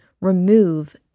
Remove